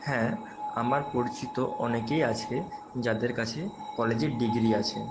হ্যাঁ আমার পরিচিত অনেকেই আছে যাদের কাছে কলেজের ডিগ্রি আছে